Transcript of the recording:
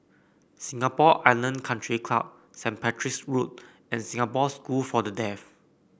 Singapore Island Country Club Saint Patrick's Road and Singapore School for the Deaf